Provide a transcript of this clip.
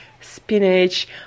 spinach